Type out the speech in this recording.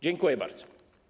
Dziękuję bardzo.